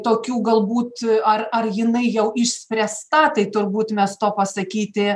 tokių galbūt ar ar jinai jau išspręsta tai turbūt mes to pasakyti